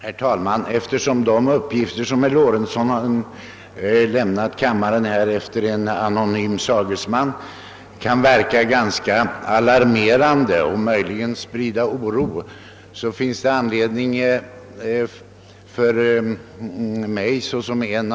Herr talman! Eftersom de uppgifter herr Lorentzon lämnat kammarens ledamöter på grundval av en anonym servicemans uttalanden kan verka ganska alarmerande och möjligen sprida oro, finns det anledning för mig att göra några påpekanden.